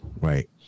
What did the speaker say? right